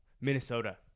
Minnesota